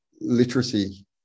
literacy